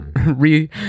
re